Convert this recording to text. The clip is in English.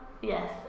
yes